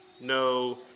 no